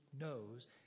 knows